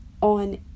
on